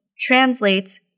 translates